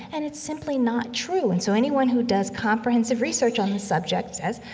and it's simply not true. and so anyone who does comprehensive research on the subject says,